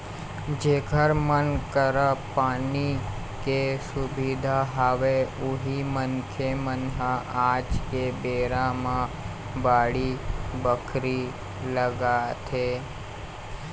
जेखर मन करा पानी के सुबिधा हवय उही मनखे मन ह आज के बेरा म बाड़ी बखरी लगाथे